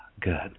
Good